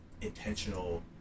intentional